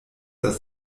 das